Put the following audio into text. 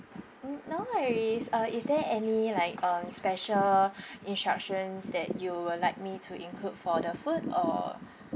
mm no worries uh is there any like um special instructions that you will like me to include for the food or